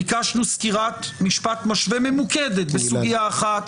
ביקשנו סקירת משפט משווה ממוקדת בסוגיה אחת,